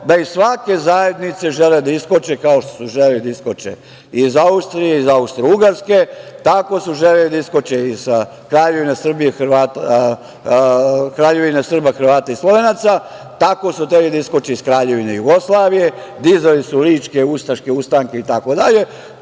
da iz svake zajednice žele da iskoče, kao što su želele da iskoče iz Austrije, iz Austrougarske, tako su želele da iskoče i iz Kraljevine Srba, Hrvata i Slovenaca, tako su hteli da iskoče iz Kraljevine Jugoslavije, dizali su ličke ustaške ustanke itd.